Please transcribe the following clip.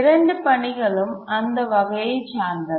இரண்டு பணிகளும் அந்த வகையை சார்ந்தவை